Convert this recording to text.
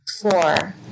Four